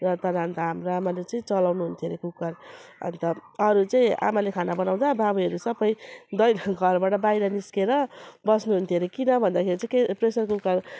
अन्त हाम्रो आमाले चाहिँ चलाउनु हुन्थ्यो हरे कुकर अन्त अरू चाहिँ आमाले खाना बनाउँदा बाबैहरू सबै दै घरबाट बाहिर निस्केर बस्नु हुन्थ्यो हरे किन भन्दाखेरि चाहिँ के प्रेसर कुकर